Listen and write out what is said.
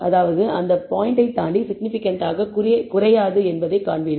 அதாவது அந்த பாயிண்டை தாண்டி சிக்னிபிகன்ட்டாக குறையாது என்பதைக் காண்பீர்கள்